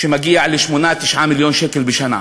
שמגיע ל-8 9 מיליון שקל בשנה.